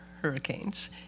hurricanes